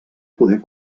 poder